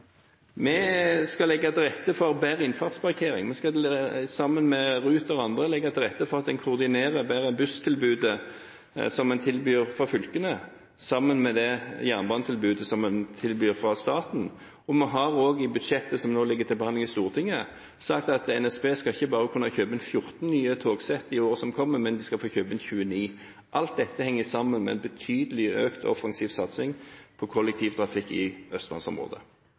Vi skal legge til rette for bedre innfartsparkering, vi skal sammen med Ruter og andre legge til rette for at en koordinerer bedre busstilbudet en tilbyr fra fylkene, sammen med det jernbanetilbudet en tilbyr fra staten. Vi har også i budsjettet som nå ligger til behandling i Stortinget, sagt at NSB ikke bare skal kunne kjøpe inn 14 nye togsett i året som kommer, men de skal få kjøpe inn 29. Alt dette henger sammen med en betydelig økt offensiv satsing på kollektivtrafikk i østlandsområdet.